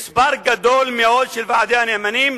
מספר גדול מאוד של ועדי הנאמנים